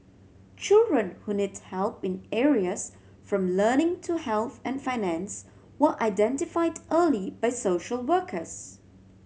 children who need help in areas from learning to health and finance were identified early by social workers